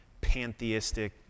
pantheistic